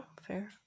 fair